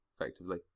effectively